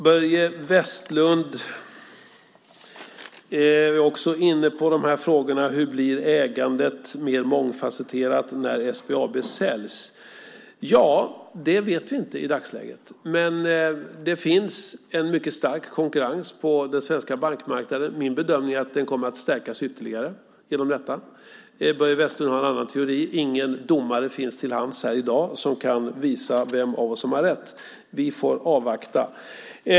Börje Vestlund är också inne på frågan hur ägandet blir mer mångfasetterat när SBAB säljs. Det vet vi inte i dagsläget, men det råder mycket stark konkurrens på den svenska bankmarknaden. Min bedömning är att den kommer att stärkas ytterligare genom detta. Börje Vestlund har en annan teori. Ingen domare finns till hands här i dag som kan visa vem av oss som har rätt. Vi får avvakta.